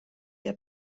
der